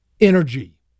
energy